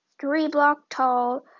three-block-tall